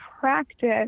practice